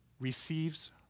receives